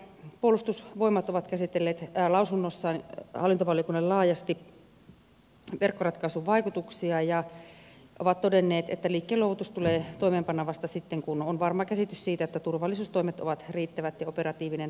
puolustusvoimat on käsitellyt lausunnossaan hallintovaliokunnalle laajasti verkkoratkaisun vaikutuksia ja on todennut että liikkeen luovutus tulee toimeenpanna vasta sitten kun on varma käsitys siitä että turvallisuustoimet ovat riittävät ja operatiivinen toiminta ei vaarannu